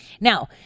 Now